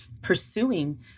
pursuing